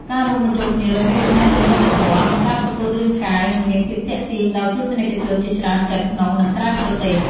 ការរួមបញ្ចូលគ្នា រវាងចំណេះដឹងវប្បធម៌ និងការប្រកួតរាងកាយនឹងមានភាពទាក់ទាញដល់ទស្សនិកជនជាច្រើនទាំងក្នុង និង ក្រៅប្រទេស។